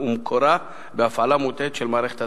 ומקורה בהפעלה מוטעית של מערכת האזעקה.